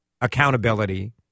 accountability